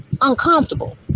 uncomfortable